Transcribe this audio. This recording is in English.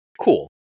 Cool